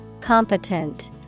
Competent